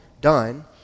done